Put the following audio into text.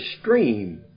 stream